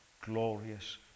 glorious